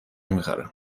میخرم